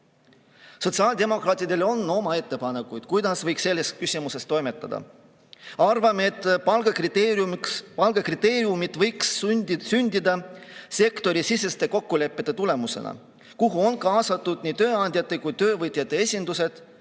Sotsiaaldemokraatidel on oma ettepanekud, kuidas võiks selles küsimuses toimetada. Arvame, et palgakriteeriumid võiks sündida sektorisiseste kokkulepete tulemusena, kuhu on kaasatud nii tööandjate kui ka töövõtjate esindused